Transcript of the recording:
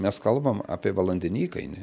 mes kalbam apie valandinį įkainį